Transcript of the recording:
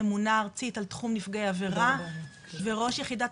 הממונה הארצית על תחום נפגעי עבירה וראש יחידת